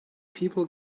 people